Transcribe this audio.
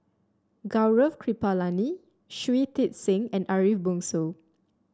Gaurav Kripalani Shui Tit Sing and Ariff Bongso